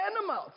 animals